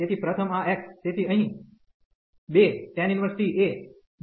તેથી પ્રથમ આ x તેથી અહીં 2t એ x 1 હતું